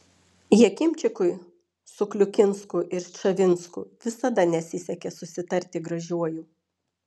jakimčikui su kliukinsku ir ščavinsku visada nesisekė susitarti gražiuoju